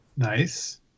Nice